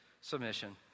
submission